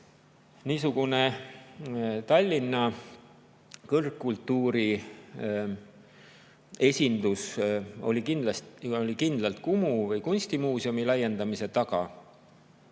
Niisugune Tallinna kõrgkultuuri esindus oli kindlalt Kumu ehk kunstimuuseumi laiendamise taga.